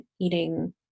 eating